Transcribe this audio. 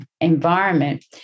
environment